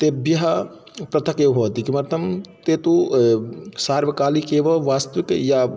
तेभ्यः पृथगेव भवति किमर्थं ते तु सार्वकालिकम् एव वास्तविकम् या